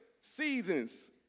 seasons